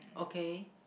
okay